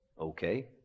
Okay